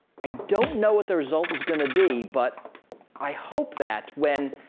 i don't know what the result is gonna be but i hope that when,